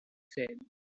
said